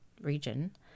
region